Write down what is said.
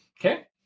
Okay